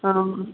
ಹಾಂ ಹಾಂ